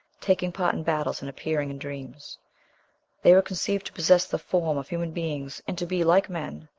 taking part in battles and appearing in dreams they were conceived to possess the form of human beings, and to be, like men,